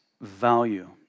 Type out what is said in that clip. value